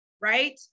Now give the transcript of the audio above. right